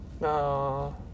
No